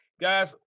Guys